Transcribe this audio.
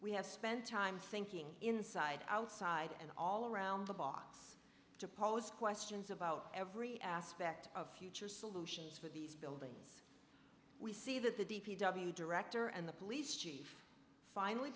we have spent time thinking inside outside and all around the box to pose questions about every aspect of futures for these buildings we see that the d p w director and the police chief finally